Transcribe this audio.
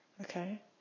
Okay